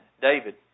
David